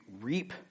reap